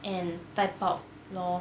and type out lor